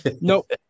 Nope